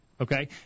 Okay